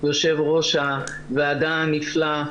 יושב-ראש הוועדה הנפלא,